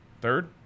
third